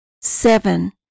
Seven